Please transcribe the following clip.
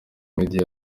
media